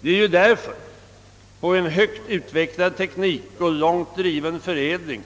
Det är därför på en högt utvecklad teknik och långt driven förädling